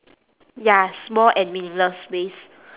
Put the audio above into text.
ya small and meaningless ways